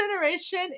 generation